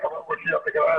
אני רוצה שהוא יציג אותם.